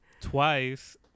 Twice